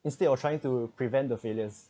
instead of trying to prevent the failures